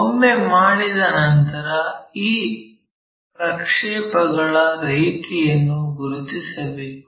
ಒಮ್ಮೆ ಮಾಡಿದ ನಂತರ ಈ ಪ್ರಕ್ಷೇಪಗಳ ರೇಖೆಯನ್ನು ಗುರುತಿಸಬೇಕು